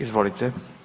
Izvolite.